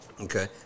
Okay